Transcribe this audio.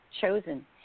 chosen